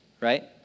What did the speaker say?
right